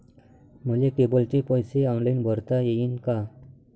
मले केबलचे पैसे ऑनलाईन भरता येईन का?